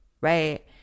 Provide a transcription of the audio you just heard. right